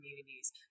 communities